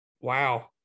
Wow